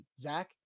Zach